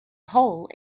hole